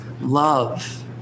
love